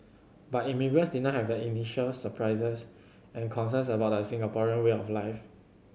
but immigrants did not have the initial surprises and concerns about the Singaporean way of life